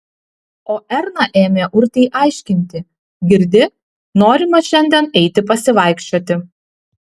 o erna ėmė urtei aiškinti girdi norima šiandien eiti pasivaikščioti